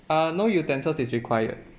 uh no utensils is required